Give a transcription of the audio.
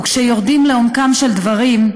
וכשיורדים לעומקם של דברים,